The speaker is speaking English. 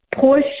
push